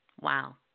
Wow